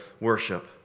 worship